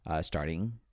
starting